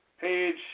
page